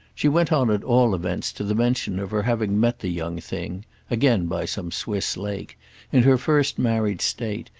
she went on at all events to the mention of her having met the young thing again by some swiss lake in her first married state,